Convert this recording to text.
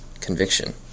conviction